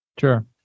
Sure